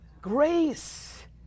Grace